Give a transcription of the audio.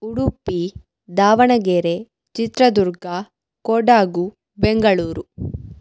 Udupi Davanagere Chitradurga Kodagu Bengaluru